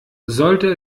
sollte